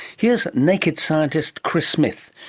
here is naked scientist chris smith.